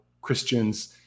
Christians